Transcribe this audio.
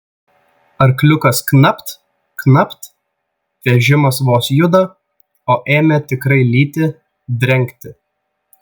arkliukas knapt knapt vežimas vos juda o ėmė tikrai lyti drengti